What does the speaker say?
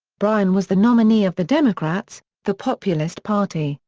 bryan was the nominee of the democrats, the populist party,